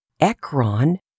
Ekron